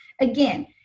Again